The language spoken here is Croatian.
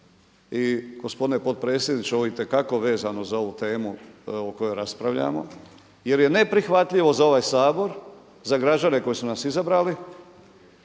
i gospodine potpredsjedniče ovo je itekako vezano za ovu temu o kojoj raspravljamo jer je neprihvatljivo za ovaj Sabor, za građane koji su nas izabrali